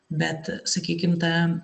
bet sakykim ta